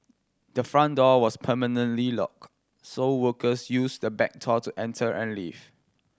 the front door was permanently locked so workers used the back to enter and leave